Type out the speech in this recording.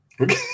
Okay